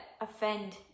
offend